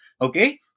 Okay